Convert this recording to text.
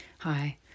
Hi